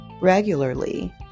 regularly